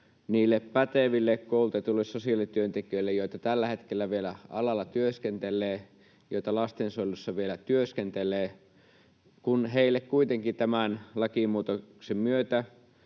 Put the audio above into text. niille päteville, koulutetuille sosiaalityöntekijöille, joita tällä hetkellä vielä alalla työskentelee, joita lastensuojelussa vielä työskentelee, kun heille kuitenkin tämän lakimuutoksen myötä